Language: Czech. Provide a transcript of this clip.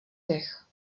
dech